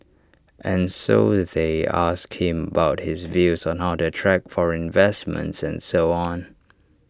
and so they asked him about his views on how to attract foreign investments and so on